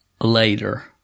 later